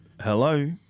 Hello